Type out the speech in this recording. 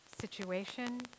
situation